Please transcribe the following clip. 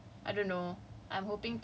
ya actually ridiculous lah